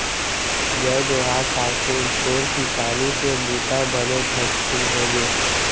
जय जोहार ठाकुर, तोर किसानी के बूता बने झटकुन होगे?